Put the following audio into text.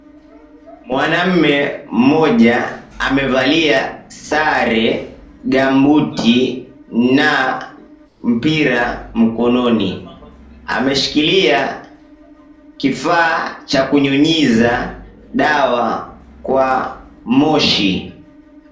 mwanaume mmoja amevallia sare ,gambuti na mpira mkononi ameshikilia kifaa cha kunyunyiza dawa kwa moshi.